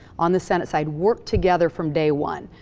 on the senate side, worked together from day one.